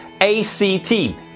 A-C-T